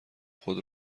خود